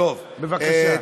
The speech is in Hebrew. בבקשה.